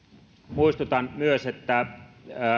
muistutan myös että